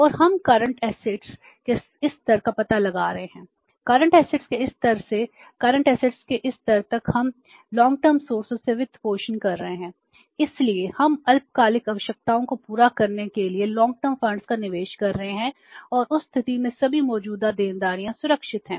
और हम current assets से अधिक हैं